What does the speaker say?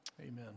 amen